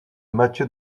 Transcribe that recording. matthieu